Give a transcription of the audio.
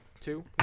two